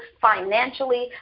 financially